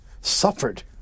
suffered